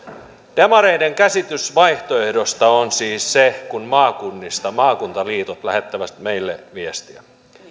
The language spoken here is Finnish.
demareiden käsitys vaihtoehdosta on siis se kun maakunnista maakuntaliitot lähettävät meille viestiä